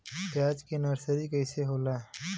प्याज के नर्सरी कइसे होला?